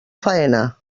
faena